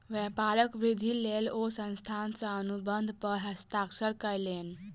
व्यापारक वृद्धिक लेल ओ संस्थान सॅ अनुबंध पर हस्ताक्षर कयलैन